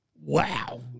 Wow